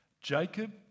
Jacob